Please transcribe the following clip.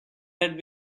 had